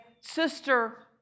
sister